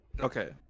Okay